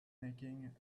snacking